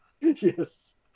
Yes